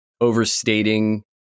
overstating